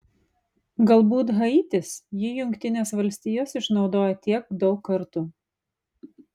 galbūt haitis jį jungtinės valstijos išnaudojo tiek daug kartų